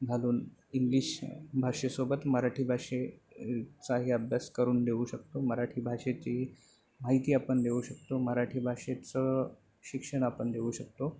घालून इंग्लिश भाषेसोबत मराठी भाषे चाही अभ्यास करून देऊ शकतो मराठी भाषेची माहिती आपण देऊ शकतो मराठी भाषेचं शिक्षण आपण देऊ शकतो